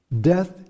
Death